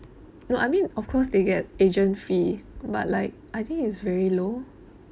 well I mean of course they get agent fee but like I think is very low